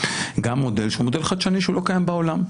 גם מודל חדשני שהוא לא קיים בעולם.